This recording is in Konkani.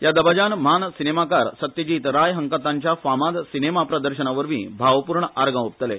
या दबाज्यान म्हान सिनेमाकार सत्यजीत राय हांका तांच्या फामाद सिनेमा प्रदर्शनावरवी भावपूर्ण आर्गां ओंपतले